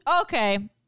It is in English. Okay